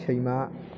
सैमा